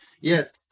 yes